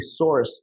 sourced